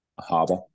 harbor